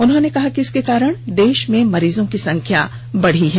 उन्होंने कहा कि इसके कारण देश में मरीजों की संख्या बढ़ी है